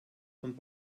und